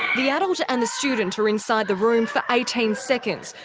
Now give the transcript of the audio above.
the adult and the student are inside the room for eighteen seconds.